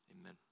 amen